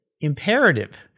imperative